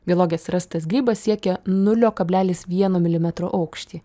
geologės rastas grybas siekė nulio kablelis vieno milimetro aukštį